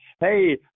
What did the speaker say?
Hey